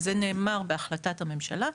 וזה נאמר בהחלטת הממשלה,